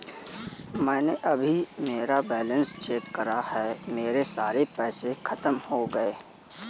मैंने अभी मेरा बैलन्स चेक करा है, मेरे सारे पैसे खत्म हो गए हैं